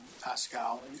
Pascal